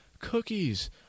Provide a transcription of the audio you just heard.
cookies